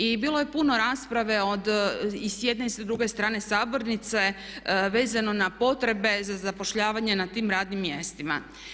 I bilo je puno rasprave i s jedne i s druge strane sabornice vezano na potrebe za zapošljavanje na tim radnim mjestima.